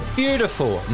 beautiful